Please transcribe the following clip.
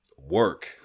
Work